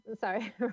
sorry